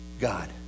God